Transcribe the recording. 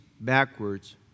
backwards